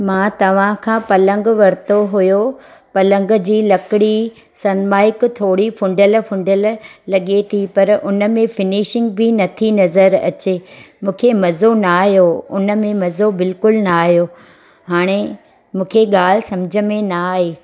मां तव्हांखां पलंगु वरितो हुओ पलंग जी लकड़ी सनमाइक थोरी फुंडियलु फुंडियलु लॻे थी पर हुनमें फिनीशिंग बि नथी नज़र आचे मूंखे मज़ो न आहियो उनमें मज़ो बिल्कुल न आहियो हाणे मूंखे ॻाल्हि सम्झ में न आई